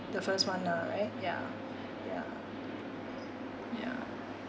the first one ah right ya ya ya